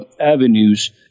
avenues